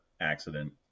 accident